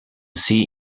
see